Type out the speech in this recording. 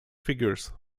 figures